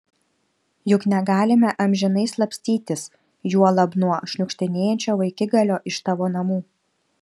juk negalime amžinai slapstytis juolab nuo šniukštinėjančio vaikigalio iš tavo namų